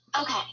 Okay